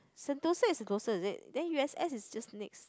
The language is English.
Sentosa is closer is it then U_S_S is just next